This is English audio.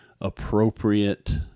appropriate